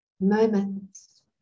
Moments